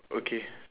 okay